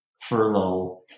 furlough